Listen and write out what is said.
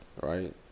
Right